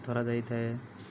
ଧରାଯାଇଥାଏ